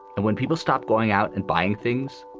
and when people stop going out and buying things,